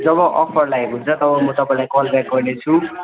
जब offer लागेको हुन्छ तब म तपाईँलाई कल ब्याक गर्नेछु